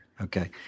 Okay